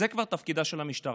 זה כבר תפקידה של המשטרה.